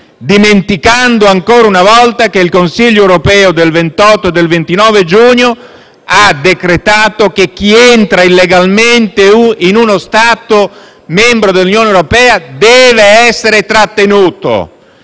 dimenticando ancora una volta che il Consiglio europeo del 28 e del 29 giugno ha decretato che chi entra illegalmente in uno Stato membro dell'Unione europea deve essere trattenuto.